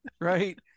right